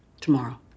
Tomorrow